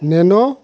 nano